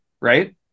right